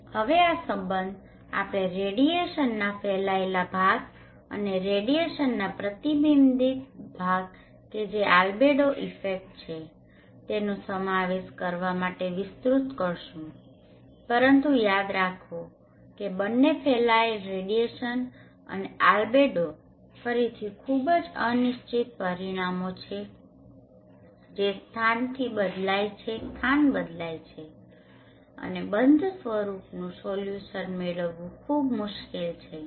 હવે આ સંબંધ આપણે રેડીયેશનના ફેલાયેલા ભાગ અને રેડીયેશનના પ્રતિબિંબિત ભાગ કે જે આલ્બેડો ઇફેક્ટ્સ છે તેનો સમાવેશ કરવા માટે વિસ્તૃત કરીશું પરંતુ યાદ રાખો કે બંને ફેલાયેલ રેડીયેશન અને આલ્બેડો ફરીથી ખૂબ જ અનિશ્ચિત પરિમાણો છે જે સ્થાનથી સ્થાન બદલાય છે અને બંધ સ્વરૂપનુ સોલ્યુશન મેળવવું ખૂબ જ મુશ્કેલ છે